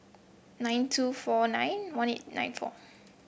nine two four nine one eight nine four